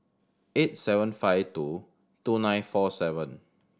eight seven five two two nine four seven